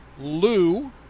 Lou